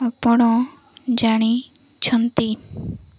ଆପଣ ଜାଣିଛନ୍ତି